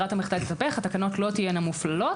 ברירת המחדל תתהפך התקנות לא תהיינה מופללות,